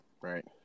right